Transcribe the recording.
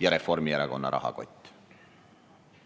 ja Reformierakonna rahakott.